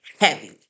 heavy